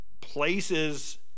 places